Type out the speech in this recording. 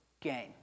gain